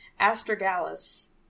astragalus